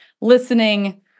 listening